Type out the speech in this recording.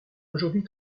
aujourd’hui